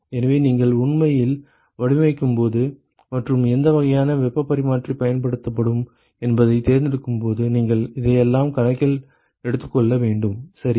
எனவே நீங்கள் உண்மையில் வடிவமைக்கும்போது மற்றும் எந்த வகையான வெப்பப் பரிமாற்றி பயன்படுத்தப்படும் என்பதைத் தேர்ந்தெடுக்கும்போது நீங்கள் அதையெல்லாம் கணக்கில் எடுத்துக்கொள்ள வேண்டும் சரியா